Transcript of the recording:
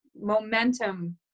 momentum